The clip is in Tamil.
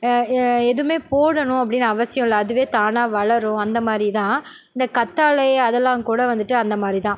எதுவுமே போடணும் அப்படின்னு அவசியம் இல்லை அதுவே தானாக வளரும் அந்தமாதிரி தான் இந்த கற்றாழை அதெல்லாம் கூட வந்துட்டு அந்த மாதிரிதான்